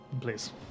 please